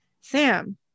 Sam